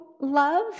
love